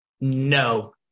No